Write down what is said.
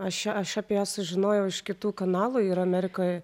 aš aš apie ją sužinojau iš kitų kanalų ir amerikoj